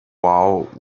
vow